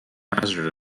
hazard